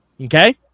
Okay